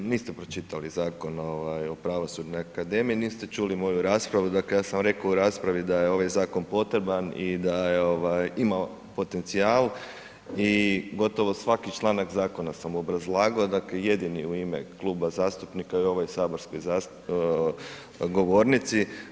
Niste pročitali Zakon o Pravosudnoj akademiji, niste čuli moju raspravu, dakle, ja sam rekao u raspravi da je ovaj zakon potreban i da je imao potencijal i gotovo svaki članak zakona sam obrazlagao, dakle, jedini u ime kluba zastupnika i ovoj saborskoj govornici.